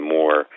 more